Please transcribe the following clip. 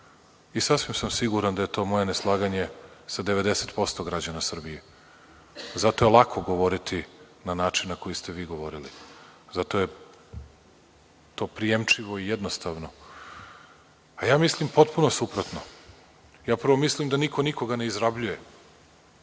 Sasvim sam siguran da je to moje neslaganje sa 90% građana Srbije. Zato je lako govoriti na način na koji ste vi govorili, zato je to prijemčivo i jednostavno, a ja mislim potpuno suprotno. Ja prvo mislim da niko nikoga ne izrabljuje,